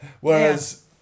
Whereas